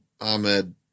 Ahmed